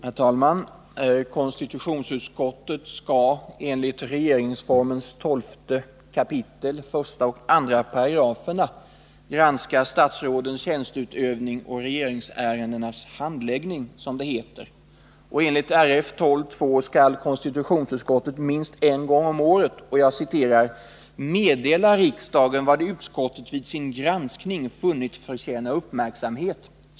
Herr talman! Konstitutionsutskottet skall enligt 12 kap. 1 och 2§§ regeringsformen granska statsrådens tjänsteutövning och regeringsärendenas handläggning, som det heter. Enligt regeringsformen skall konstitutionsutskottet minst en gång om året, ”meddela riksdagen vad utskottet vid sin granskning funnit förtjäna uppmärksamhet”.